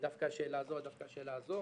דווקא שאלה זו או דווקא שאלה זו